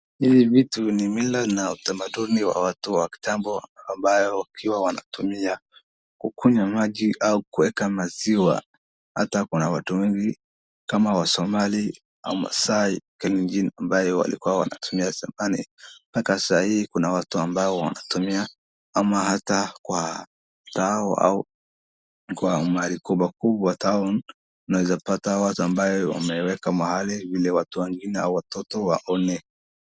Hizi vitu ni mila na utamaduni ya watu wa kitambo ambayo wanatumia kukunywa maji au kuweka maziwa maziwa hata kuna watu wengi kama Wasomali na Maasai kalenjin ambayo walikua wanatumia zamani mpaka saa hii kuna watu ambao wanatumia ama hata kwa tao ama mahali kubwa kubwa town unaweza pata watu wameweka mahai pengine watot waone .